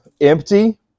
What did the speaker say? empty